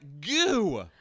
goo